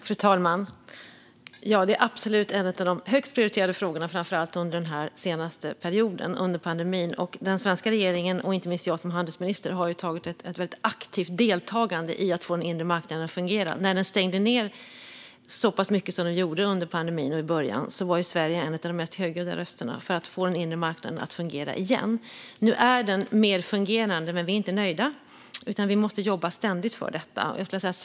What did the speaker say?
Fru talman! Det är absolut en av de högst prioriterade frågorna, framför allt under den senaste perioden av pandemin. Den svenska regeringen, och inte minst jag som handelsminister, har deltagit väldigt aktivt i att få den inre marknaden att fungera. När den stängde ned så pass mycket som den gjorde i början av pandemin var Sverige en av de mest högljudda rösterna för att få den inre marknaden att fungera igen. Nu är den mer fungerande, men vi är inte nöjda. Vi måste ständigt jobba för detta.